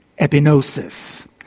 epinosis